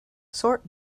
sort